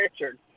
Richard